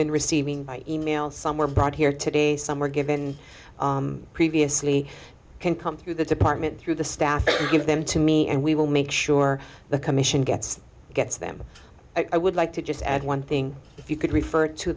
been receiving by e mail some were brought here today some were given previously can come through the department through the staff give them to me and we will make sure the commission gets gets them i would like to just add one thing if you could refer to